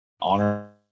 honor